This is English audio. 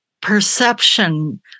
perception